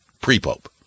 pre-Pope